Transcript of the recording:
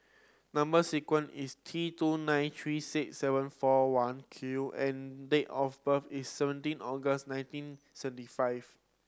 number sequence is T two nine three six seven four one Q and date of birth is seventeen August nineteen seventy five